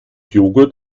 joghurt